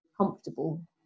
comfortable